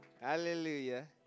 Hallelujah